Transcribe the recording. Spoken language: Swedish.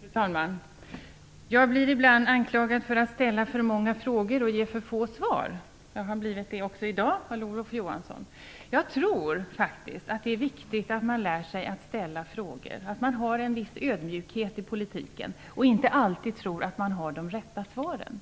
Fru talman! Jag blir ibland anklagad för att ställa för många frågor och ge för få svar. Jag har blivit det också i dag, av Olof Johansson. Jag tror faktiskt det är viktigt att man lär sig att ställa frågor, att man har en viss ödmjukhet i politiken och inte alltid tror att man har de rätta svaren.